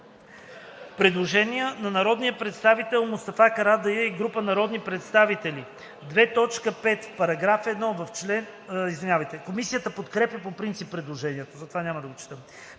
Предложение на народния представител Мустафа Карадайъ и група народни представители. Комисията подкрепя по принцип предложението, което е отразено на